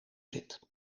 zit